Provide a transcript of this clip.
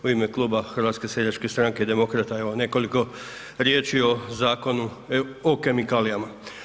U ime Kluba HSS-a i Demokrata, evo nekoliko riječi o Zakonu o kemikalijama.